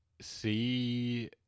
see